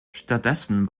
stattdessen